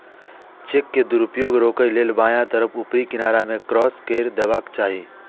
cheque के दुरुपयोग रोकै लेल बायां तरफ ऊपरी किनारा मे क्रास कैर देबाक चाही